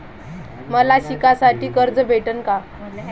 मले शिकासाठी कर्ज भेटन का?